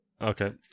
Okay